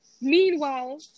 Meanwhile